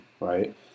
right